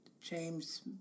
James